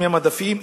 מהמדפים,